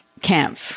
Camp